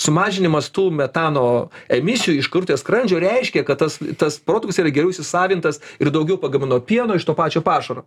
sumažinimas tų metano emisijų iš karvutės skrandžio reiškia kad tas tas produktas yra geriau įsisavintas ir daugiau pagamino pieno iš to pačio pašaro